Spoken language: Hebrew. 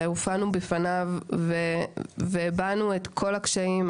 שהופענו בפניו והבענו את כל הקשיים.